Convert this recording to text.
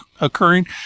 occurring